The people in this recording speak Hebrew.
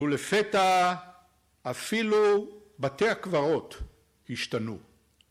‫ולפתע אפילו בתי הקברות השתנו.